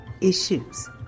issues